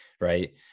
Right